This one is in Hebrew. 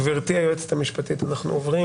גברתי היועצת המשפטית, אנחנו עוברים